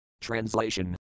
Translation